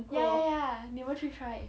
ya ya ya 你要不要去 try